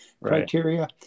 criteria